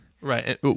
Right